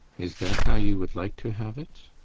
is that how you would like to have it?